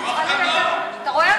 אתה רואה?